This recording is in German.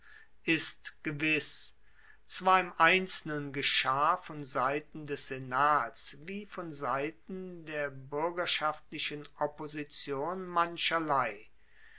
ist gewiss zwar im einzelnen geschah von seiten des senats wie von seiten der buergerschaftlichen opposition mancherlei